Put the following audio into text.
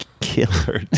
killer